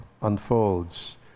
unfolds